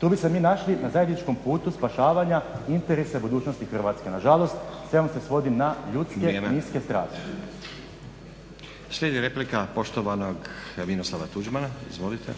Tu bi se mi našli na zajedničkom putu spašavanja interesa budućnosti Hrvatske. Na žalost, sve nam se svodi na ljudske, niske strasti. **Stazić, Nenad (SDP)** Slijedi replika poštovanog Miroslava Tuđmana, izvolite.